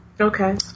Okay